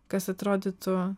kas atrodytų